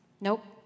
Nope